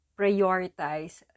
prioritize